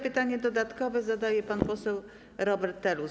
Pytanie dodatkowe zadaje pan poseł Robert Telus.